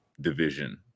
division